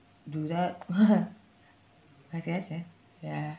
do that I guess eh ya